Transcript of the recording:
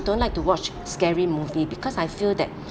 don't like to watch scary movie because I feel that